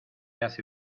hace